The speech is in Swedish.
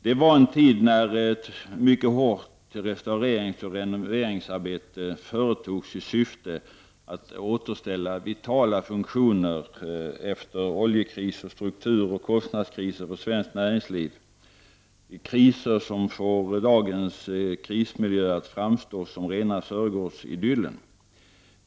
Det var en tid när ett mycket hårt restaureringsoch renoveringsarbete företogs i syfte att återställa vitala funktioner efter oljekris, strukturoch kostnadskriser för svenskt näringsliv. Det var kriser som får dagens krismiljö att framstå som rena Sörgårdsidyllen.